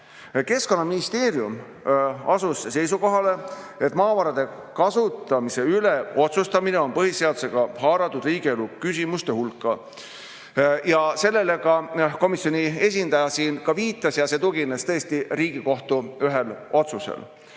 Keskkonnaministeerium asus seisukohale, et maavarade kasutamise üle otsustamine on põhiseadusega haaratud riigielu küsimuste hulka. Sellele ka komisjoni esindaja viitas ja see tugines Riigikohtu ühele otsusele.